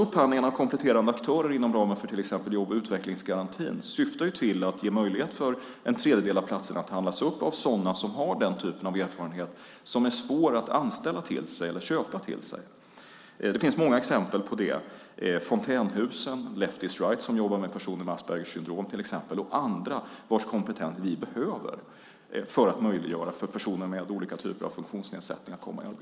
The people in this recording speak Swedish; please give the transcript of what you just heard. Upphandlingen av kompletterande aktörer inom ramen för jobb och utvecklingsgarantin syftar till att ge möjlighet för en tredjedel av platserna att handlas upp av sådana som har den typen av erfarenhet som är svår att anställa till sig eller köpa till sig. Det finns många exempel på det. Vi har till exempel Fontänhusen och Left is Right som jobbar med personer med Aspergers syndrom, och andra vars kompetens vi behöver för att möjliggöra för personer med olika typer av funktionsnedsättningar att komma i arbete.